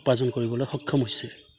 উপাৰ্জন কৰিবলৈ সক্ষম হৈছে